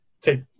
take